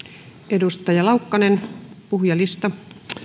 edustaja laukkanen puhujalistalta